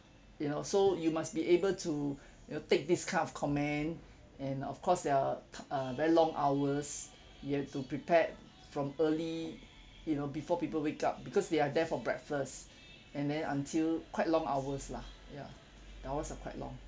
you know so you must be able to you know take this kind of comment and of course there are t~ uh very long hours you have to prepare from early you know before people wake up because they are there for breakfast and then until quite long hours lah ya the hours are quite long